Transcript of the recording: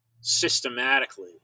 systematically